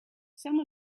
some